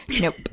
Nope